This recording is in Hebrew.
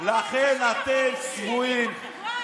על מי אתה מגן?